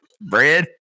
Bread